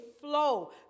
flow